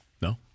No